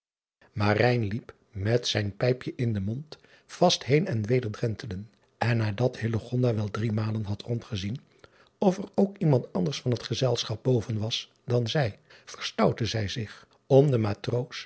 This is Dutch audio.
liep met zijn pijpje in den mond vast heen en weder drentelen en nadat driaan oosjes zn et leven van illegonda uisman wel driemalen had rondgezien of er ook iemand anders van het gezelschap boven was dan zij verstoutte zij zich om den